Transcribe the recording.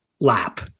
Lap